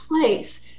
place